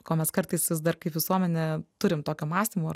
ko mes kartais vis dar kai visuomenė turim tokio mąstymo